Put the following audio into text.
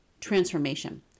transformation